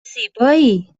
زیبایی